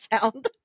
sound